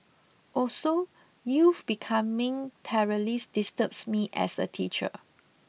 also youth becoming terrorists disturbs me as a teacher